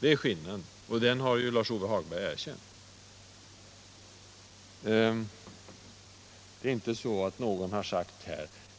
DEt är skillnaden, och den har Lars-Ove Hagberg erkänt. Det är ingen som sagt